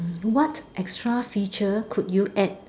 what extra feature could you add